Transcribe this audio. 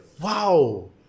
Wow